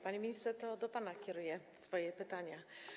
Panie ministrze, to do pana kieruję swoje pytania.